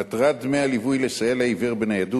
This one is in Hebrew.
מטרת דמי הליווי לסייע לעיוור בניידות